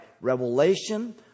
revelation